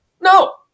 No